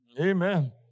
Amen